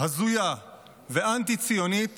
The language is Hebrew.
הזויה ואנטי-ציונית